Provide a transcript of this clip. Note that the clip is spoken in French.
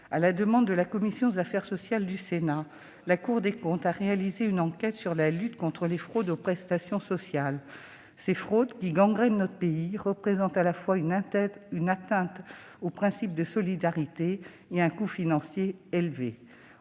À la demande de la commission des affaires sociales du Sénat, la Cour des comptes a réalisé une enquête sur la lutte contre les fraudes aux prestations sociales. Ces fraudes, qui gangrènent notre pays, représentent à la fois une atteinte au principe de solidarité et un coût financier élevé.